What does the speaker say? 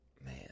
Man